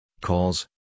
calls